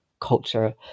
culture